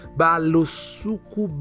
balusuku